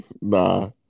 Nah